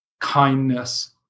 kindness